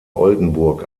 oldenburg